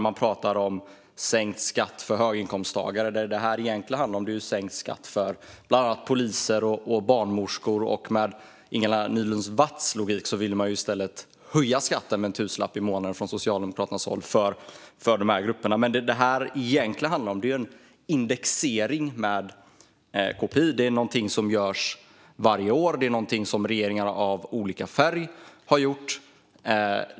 Man pratar om sänkt skatt för höginkomsttagare när detta egentligen handlar om sänkt skatt för bland andra poliser och barnmorskor. Med Ingela Nylund Watz logik vill man i stället höja skatten med en tusenlapp i månaden från Socialdemokraternas håll för de här grupperna. Vad detta egentligen handlar om är en indexering med KPI. Det är någonting som görs varje år, och det är någonting som regeringar av olika färg har gjort.